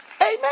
Amen